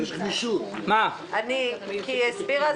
היא הסבירה,